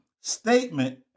statement